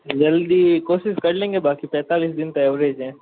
जल्दी कोशिश कर लेंगे बाक़ी पैंतालीस दिन का एवरेज है